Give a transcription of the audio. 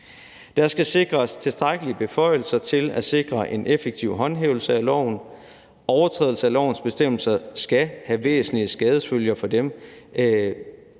Der skal sikres tilstrækkelige beføjelser til at sikre en effektiv håndhævelse af loven. Overtrædelse af lovens bestemmelser kan have væsentlige skadefølger for dem,